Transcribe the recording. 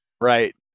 Right